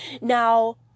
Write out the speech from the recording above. Now